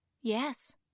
Yes